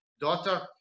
daughter